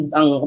ang